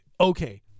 okay